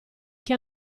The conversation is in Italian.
che